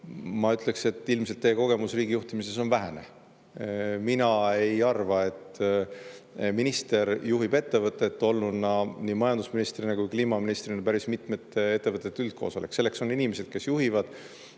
ma ütleksin, et ilmselt teie kogemus riigi juhtimises on vähene. Mina ei arva, et minister juhib ettevõtet, olnuna nii majandusministrina kui ka kliimaministrina päris mitmete ettevõtete üldkoosolek. Selleks on inimesed, kes juhivad.